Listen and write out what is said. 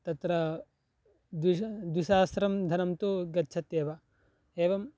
तत्र द्विश् द्विसहस्रं धनं तु गच्छत्येव एवं